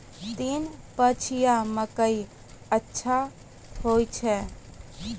तीन पछिया मकई अच्छा होय छै?